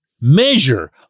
measure